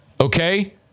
Okay